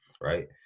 Right